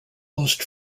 most